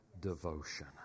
devotion